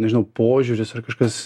nežinau požiūris ar kažkas